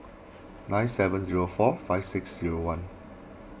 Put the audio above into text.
nine seven zero four five six zero one